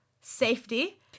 safety